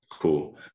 Cool